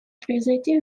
произойти